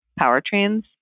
powertrains